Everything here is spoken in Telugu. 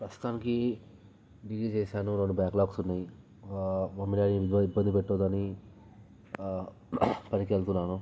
ప్రస్తుతానికి బీఈడీ చేశాను రెండు బ్యాక్ లాగ్స్ ఉన్నాయి మమ్మీ డాడీని ఇబ్బ ఇబ్బంది పెట్టద్దని పనికెళ్తున్నాను